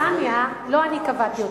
האכסניה, לא אני קבעתי אותה.